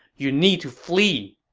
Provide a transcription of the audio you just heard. you need to flee!